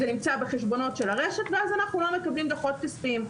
זה נמצא בחשבונות של הרשת ואז אנחנו לא מקבלים דוחות כספיים.